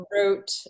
wrote